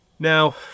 Now